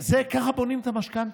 ככה בונים את המשכנתה,